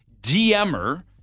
DMer